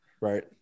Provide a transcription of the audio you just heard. right